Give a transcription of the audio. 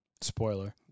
Spoiler